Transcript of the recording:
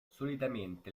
solitamente